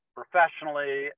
professionally